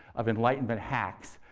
of enlightenment hacks,